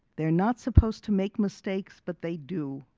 they're not supposed to make mistakes but they do,